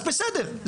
אז בסדר,